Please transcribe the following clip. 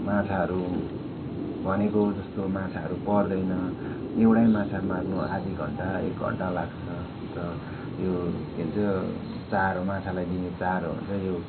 माछाहरू भनेको जस्तो माछाहरू पर्दैन एउटै माछा मार्नु आधी घन्टा एक घन्टा लाग्छ अन्त यो के भन्छ चारो माछालाई दिने चारो हुन्छ यो